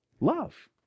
Love